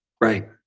Right